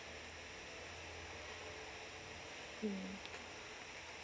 mm